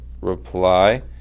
reply